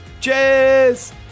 Cheers